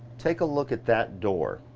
take a look at that door.